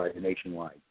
nationwide